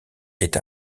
est